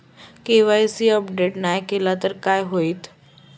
KYC update नाय केलय तर काय होईत?